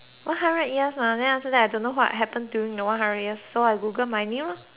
then after that I don't know what happen during the one hundred years so I Google my name orh